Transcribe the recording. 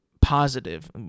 positive